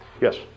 Yes